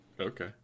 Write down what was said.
Okay